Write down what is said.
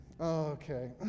Okay